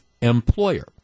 employer